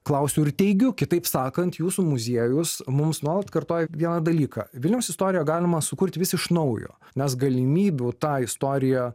klausiu ir teigiu kitaip sakant jūsų muziejus mums nuolat kartoja vieną dalyką vilniaus istoriją galima sukurti vis iš naujo nes galimybių tą istoriją